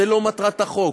זו לא מטרת החוק.